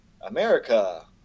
America